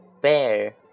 Bear